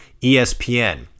ESPN